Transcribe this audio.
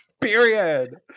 period